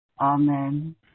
Amen